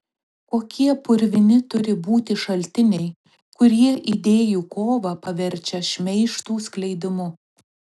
kokie purvini turi būti šaltiniai kurie idėjų kovą paverčia šmeižtų skleidimu